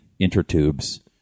intertubes